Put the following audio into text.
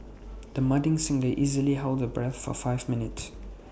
the budding singer easily held her breath for five minutes